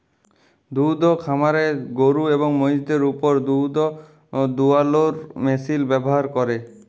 দুহুদ খামারে গরু এবং মহিষদের উপর দুহুদ দুয়ালোর মেশিল ব্যাভার ক্যরে